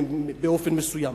באופן מסוים.